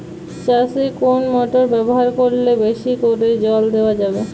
চাষে কোন মোটর ব্যবহার করলে বেশী করে জল দেওয়া যাবে?